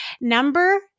Number